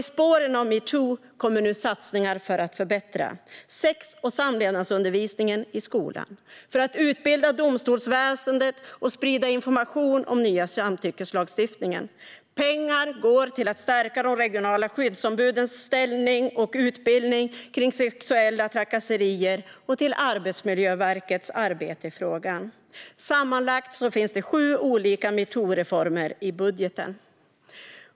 I spåren av metoo kommer nu satsningar för att förbättra sex och samlevnadsundervisningen i skolan, för att utbilda domstolsväsendet och för att sprida information om den nya samtyckeslagstiftningen. Pengar går till att stärka de regionala skyddsombudens ställning och utbildning kring sexuella trakasserier och till Arbetsmiljöverkets arbete i frågan. Sammanlagt finns sju olika metoo-reformer i budgeten.